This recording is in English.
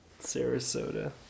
Sarasota